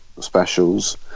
specials